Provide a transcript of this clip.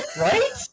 Right